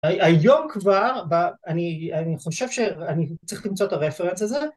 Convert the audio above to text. היום כבר אני חושב שאני צריך למצוא את הרפרנס הזה